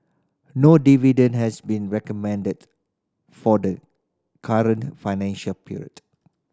no dividend has been recommended for the current financial period